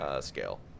scale